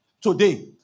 today